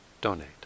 donate